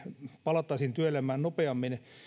palattaisiin työelämään nopeammin